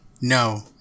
No